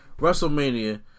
WrestleMania